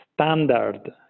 standard